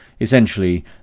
Essentially